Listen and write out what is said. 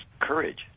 courage